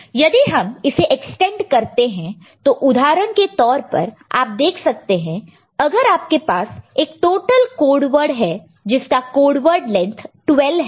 तो यदि हम इसे एक्सटेंड करते हैं तो उदाहरण के तौर पर आप देख सकते हैं अगर आपके पास एक टोटल कोड वर्ड है जिसका कोड वर्ड लेंथ 12 है